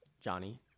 Johnny